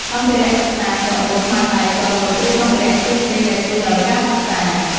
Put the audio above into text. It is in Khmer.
សម្ភារៈសិក្សា កាបូប ខ្មៅដៃ ជ័រលុប ឬសម្ភារៈផ្សេងៗដែលជួយដល់ការសិក្សា។